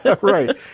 Right